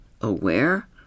aware